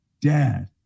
Dad